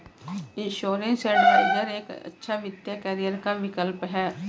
insurance adviser एक अच्छा वित्तीय करियर का विकल्प है